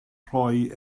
rhoi